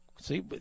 See